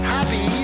Happy